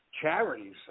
Charities